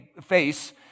face